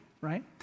right